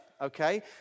okay